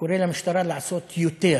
קורא למשטרה לעשות יותר.